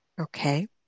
okay